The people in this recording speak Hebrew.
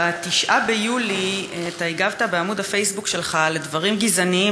ב-9 ביולי אתה הגבת בעמוד הפייסבוק שלך על דברים גזעניים